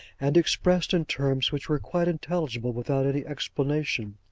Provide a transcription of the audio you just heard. and expressed in terms which were quite intelligible without any explanation.